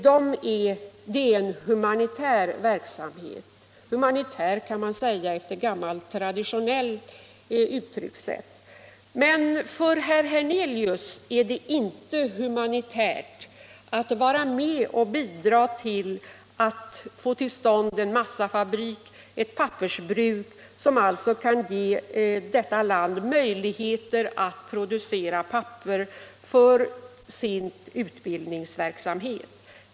Det är en enligt ett gammalt traditionellt uttryckssätt humanitär verksamhet. Men för herr Hernelius är det inte humanitärt att bidra till att få till stånd en massafabrik och ett pappersbruk, som kan ge landet i fråga möjligheter att producera papper för sin utbildningsverksamhet.